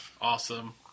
Awesome